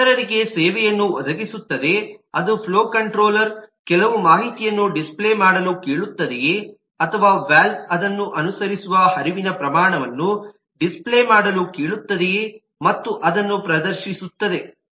ಇದು ಇತರರಿಗೆ ಸೇವೆಯನ್ನು ಒದಗಿಸುತ್ತದೆ ಅದು ಫ್ಲೋ ಕಂಟ್ರೋಲರ್ ಕೆಲವು ಮಾಹಿತಿಯನ್ನು ಡಿಸ್ಪ್ಲೇ ಮಾಡಲು ಕೇಳುತ್ತದೆಯೇ ಅಥವಾ ವಾಲ್ವ್ ಅದನ್ನು ಅನುಸರಿಸುವ ಹರಿವಿನ ಪ್ರಮಾಣವನ್ನು ಡಿಸ್ಪ್ಲೇ ಮಾಡಲು ಕೇಳುತ್ತದೆಯೇ ಮತ್ತು ಅದನ್ನು ಪ್ರದರ್ಶಿಸುತ್ತದೆ